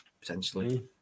potentially